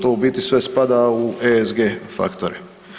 To ubiti sve spada u ESG faktore.